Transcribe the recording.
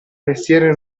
mestiere